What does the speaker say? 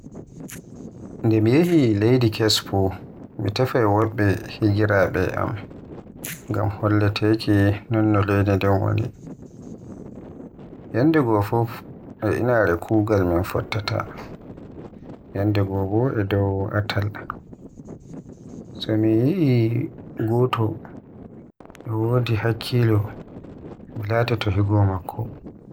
Nde mi yehi leydi Kes fuf, mi tefai wobbe hiraabe am ngam halloke non no leydi ndin woni. Yandego fuf e inaare kuugal min fottata, yandego bo e dow atal. So mi yi'i goto e wodi hakkilo mi latoto Hugo maakko.